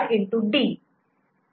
C A